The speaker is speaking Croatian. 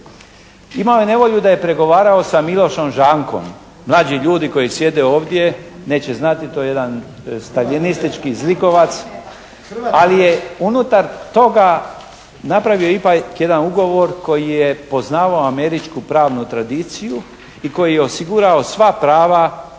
Imao je nevolju da je pregovarao sa Milošom Žankom. Mlađi ljudi koji sjede ovdje neće znati, to je jedan staljinistički zlikovac ali je unutar toga napravio ipak jedan ugovor koji je poznavao američku pravnu tradiciju i koji je osigurao sva prava